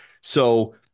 So-